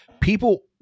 people